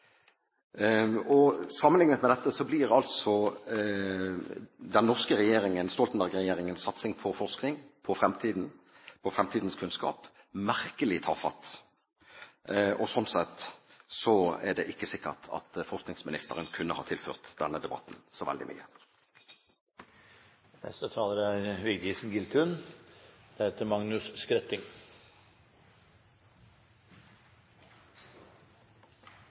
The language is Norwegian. suksess. Sammenliknet med dette blir altså den norske regjeringens, Stoltenberg-regjeringens, satsing på forskning på fremtiden, på fremtidens kunnskap, merkelig tafatt. Sånn sett er det ikke sikkert at forskningsministeren kunne ha tilført denne debatten så veldig